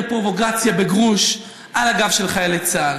פרובוקציה בגרוש על הגב של חיילי צה"ל.